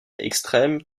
extrêmes